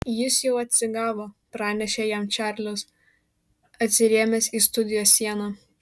jis jau atsigavo pranešė jam čarlis atsirėmęs į studijos sieną